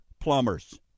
plumbers